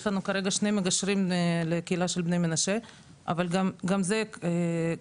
יש לנו כרגע שני מגשרים לקהילה של בני מנשה אבל גם זה מעט.